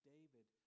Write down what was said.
David